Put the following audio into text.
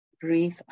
breathe